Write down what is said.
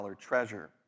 treasure